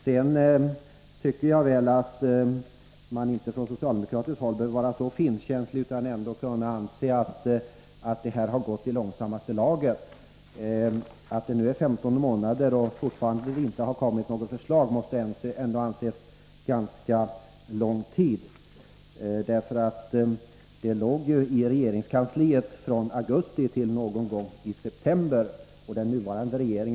Sedan tycker jag inte att socialdemokraterna behöver vara så finkänsliga att de inte kan hålla med om att det gått i långsammaste laget. Att det förflutit 47 15 månader utan att det kommit något förslag måste ändå anses ganska märkligt. Frågan låg ju i regeringskansliet från augusti 1982 till någon gång i mars 1983 innan den remitterades.